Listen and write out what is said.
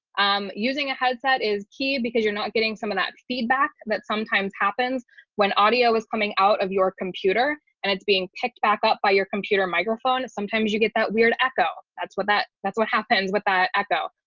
i'm using a headset is key because you're not getting some of that feedback that sometimes happens when audio is coming out of your computer and it's being picked back up by your computer microphone and sometimes you get that weird echo. that's what that that's what happens with that echo.